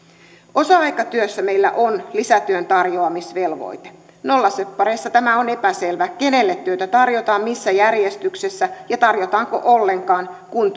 osa aikatyössä meillä on lisätyön tarjoamisvelvoite nollasoppareissa on epäselvää kenelle työtä tarjotaan missä järjestyksessä ja tarjotaanko ollenkaan kun